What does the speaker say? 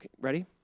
Ready